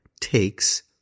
takes